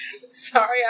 Sorry